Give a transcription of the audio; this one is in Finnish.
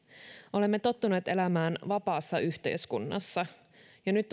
olemme tottuneet elämään vapaassa yhteiskunnassa ja nyt